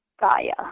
Gaia